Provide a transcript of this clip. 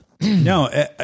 No